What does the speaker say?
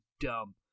dumb